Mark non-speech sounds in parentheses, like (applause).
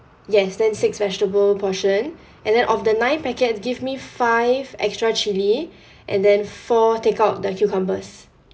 yes then six vegetable portion (breath) and then of the nine packets give me five extra chilli (breath) and then four take out the cucumbers